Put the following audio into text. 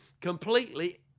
completely